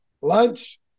lunch